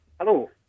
Hello